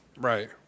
Right